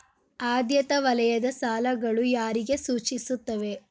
ಆದ್ಯತಾ ವಲಯದ ಸಾಲಗಳು ಯಾರಿಗೆ ಸೂಚಿಸುತ್ತವೆ?